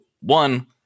One